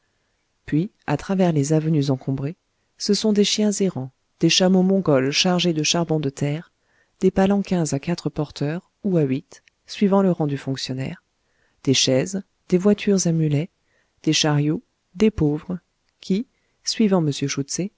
puis à travers les avenues encombrées ce sont des chiens errants des chameaux mongols chargés de charbon de terre des palanquins à quatre porteurs ou à huit suivant le rang du fonctionnaire des chaises des voitures à mulets des chariots des pauvres qui suivant